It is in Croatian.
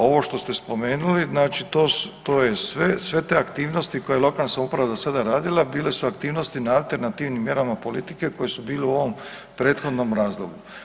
Ovo što ste spomenuli, znači to je sve, sve te aktivnosti koje je lokalna samouprava do sada radila, bile su aktivnosti na alternativnim mjerama politike koje su bile u ovom prethodnom razdoblju.